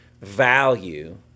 value